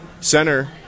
center